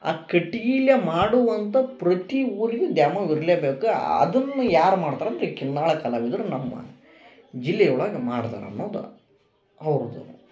ಆ ಕಟ್ಗಿಲೆ ಮಾಡುವಂಥ ಪ್ರತಿ ಊರಿನ ದ್ಯಾಮವ್ವ ಇರ್ಲೇಬೇಕು ಆದನ್ನ ಯಾರು ಮಾಡ್ತರಂದರೆ ಕಿನ್ನಾಳ ಕಲಾವಿದರು ನಮ್ಮ ಜಿಲ್ಲೆಯೊಳಗ ಮಾಡ್ತರೆ ಅನ್ನೊದ ಹೌದು